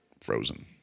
frozen